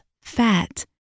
fat